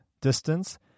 distance